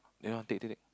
ya take take take